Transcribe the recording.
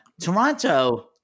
Toronto